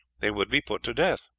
they would be put to death.